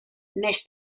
més